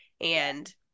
and-